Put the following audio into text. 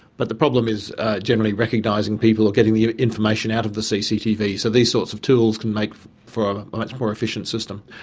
but the problem is generally recognising people, getting the information out of the cctv, so these sorts of tools can make for um a much more efficient system.